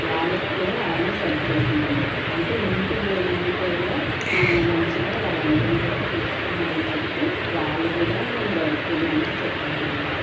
వాళ్ళక్కూడా ఆమె సర్వ్ చేసిందని అంటే ఇంటి భోజనంతో కూడా మంచిగా వాళ్ళందరిని కూడా చూసుకున్నారని చెప్పి వాళ్ళు కూడా ఈ డైరెక్టర్ గురించి చెప్పారనమాట